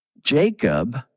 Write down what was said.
Jacob